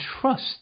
trust